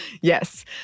yes